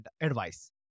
advice